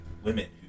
women